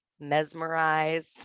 mesmerize